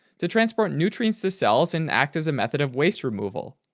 to transport nutrients to the cells and act as a method of waste removal.